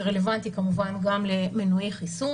זה רלוונטי כמובן גם למנועי חיסון,